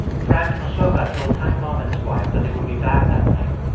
frank and mosoka told time bomb and his wife that they would be back that night.